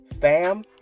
fam